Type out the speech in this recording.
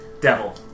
Devil